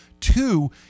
Two